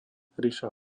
ríša